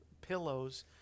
pillows